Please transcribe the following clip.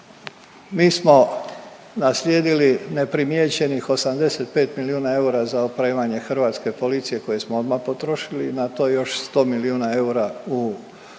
mi smo naslijedili neprimijećenih 85 milijuna eura za opremanje hrvatske policije koje smo odmah potrošili. Na to još 100 milijuna eura u našem